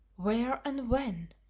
where and when?